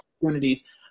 opportunities